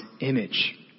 image